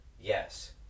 yes